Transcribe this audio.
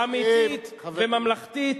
אמיתית וממלכתית.